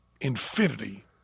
infinity –